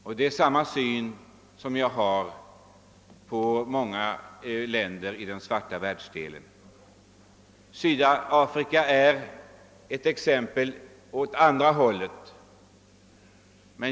Jag har samma syn på många länder i den svarta världsdelen. Sydafrika är ett exempel åt andra hållet.